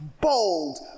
bold